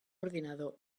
ordinador